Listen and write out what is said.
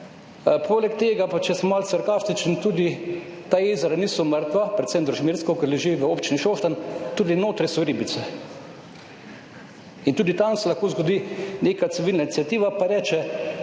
Poleg tega pa, če sem malo sarkastičen, tudi ta jezera niso mrtva, predvsem Družmirsko, ki leži v občini Šoštanj, notri so ribice in tudi tam se lahko zgodi neka civilna iniciativa pa reče,